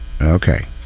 Okay